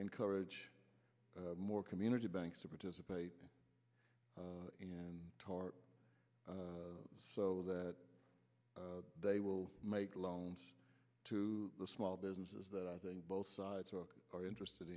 encourage more community banks to participate in tarp so that they will make loans to the small businesses that i think both sides are interested